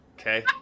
Okay